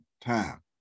time